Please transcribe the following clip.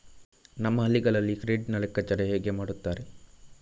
ನಮ್ಮ ಹಳ್ಳಿಗಳಲ್ಲಿ ಕ್ರೆಡಿಟ್ ನ ಲೆಕ್ಕಾಚಾರ ಹೇಗೆ ಮಾಡುತ್ತಾರೆ?